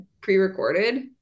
pre-recorded